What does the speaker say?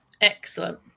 Excellent